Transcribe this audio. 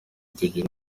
tugire